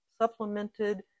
supplemented